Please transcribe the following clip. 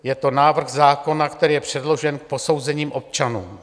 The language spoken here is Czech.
Je to návrh zákona, který je předložen k posouzení občanům.